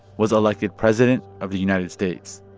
was elected president of the united states.